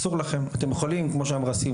אסור לכם.״ וכמו ששמחה אמרה,